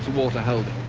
water-holding.